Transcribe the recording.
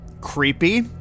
Creepy